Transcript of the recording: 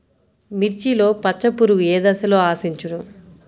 మిర్చిలో పచ్చ పురుగు ఏ దశలో ఆశించును?